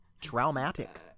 traumatic